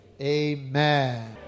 Amen